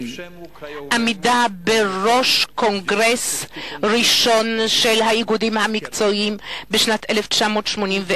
עמידה בראש הקונגרס הראשון של האיגודים המקצועיים בשנת 1981,